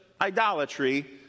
idolatry